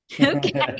Okay